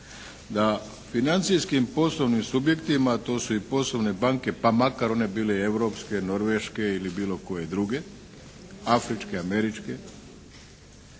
da financijskim poslovnim subjektima, a to su i poslovne banke pa makar one bile i europske, norveške ili bilo koje druge, afričke, američke